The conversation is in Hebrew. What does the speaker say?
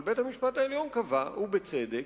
אבל בית-המשפט העליון קבע, ובצדק,